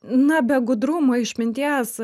na be gudrumo išminties